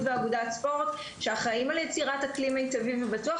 ואגודת ספורט שאחראים על יצירת אקלים מיטבי ובטוח.